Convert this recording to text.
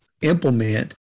implement